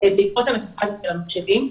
בעקבות המצוקה של המחשבים.